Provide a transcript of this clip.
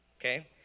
Okay